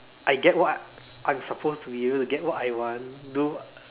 I get what I'm supposed to be able to get what I want do